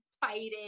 fighting